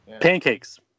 pancakes